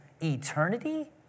eternity